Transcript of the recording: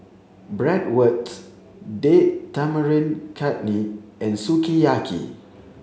Bratwurst Date Tamarind Chutney and Sukiyaki